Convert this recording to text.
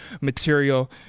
material